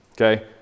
okay